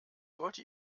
wollte